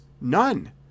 None